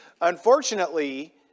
Unfortunately